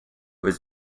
was